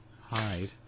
hide